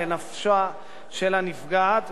לנפשה של הנפגעת,